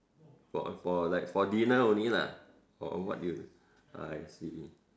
for for like for dinner only lah or what you I see